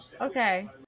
Okay